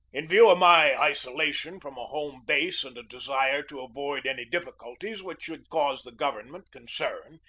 in view of my isolation from a home base, and a desire to avoid any difficulties which should cause the government concern,